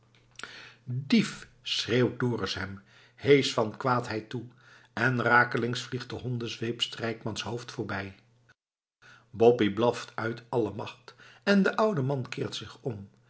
dief schreeuwt dorus hem heesch van kwaadheid toe en rakelings vliegt de hondenzweep strijkmans hoofd voorbij boppie blaft uit alle macht en de oude man keert zich om